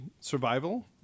Survival